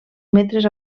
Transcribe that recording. metres